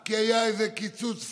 כי היה איזה קיצוץ פלאט?